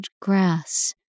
grass